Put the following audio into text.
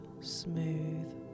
smooth